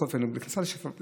בכל אופן הוא בכניסה לשפרעם.